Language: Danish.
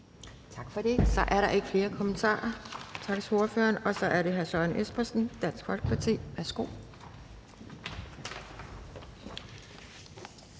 Tak for det. Så er der ikke flere kommentarer, så tak til ordføreren. Så er det hr. Søren Espersen, Dansk Folkeparti. Værsgo.